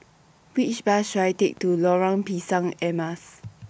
Which Bus should I Take to Lorong Pisang Emas